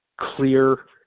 clear